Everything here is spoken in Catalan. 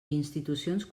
institucions